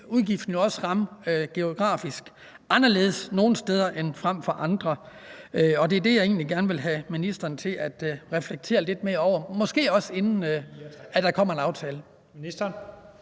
udgiften jo også geografisk ramme mere nogle steder end andre. Og det er det, jeg egentlig gerne vil have ministeren til at reflektere lidt mere over, måske også inden der kommer en aftale. Kl.